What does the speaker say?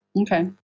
Okay